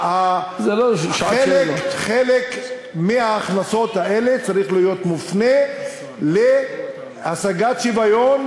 חלק מההכנסות האלה צריך להיות מופנה להשגת שוויון,